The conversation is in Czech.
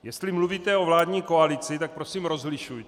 Jestli mluvíte o vládní koalici, tak prosím rozlišujte.